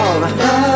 love